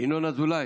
ינון אזולאי,